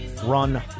run